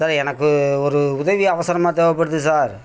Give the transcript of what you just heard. sir எனக்கு ஒரு உதவி அவசரமாக தேவைப்படுது சார்